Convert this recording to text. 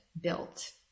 built